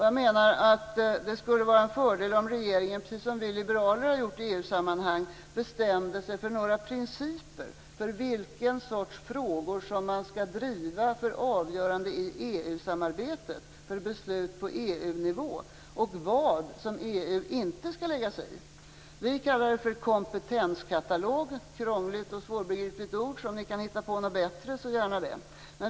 Jag menar att det skulle vara en fördel om regeringen, precis som vi liberaler har gjort i EU-sammanhang, bestämde sig för några principer för vilken sorts frågor man skall driva för avgörande i EU-samarbetet, för beslut på EU-nivå och vad EU inte skall lägga sig i. Vi kallar det för kompetenskatalog - ett krångligt och svårbegripligt ord, om ni kan hitta på något bättre, så gärna det.